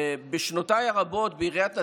בשנותיי הרבות בעיריית נתניה,